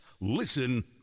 Listen